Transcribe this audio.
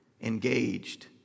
engaged